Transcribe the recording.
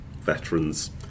veterans